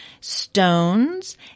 Stones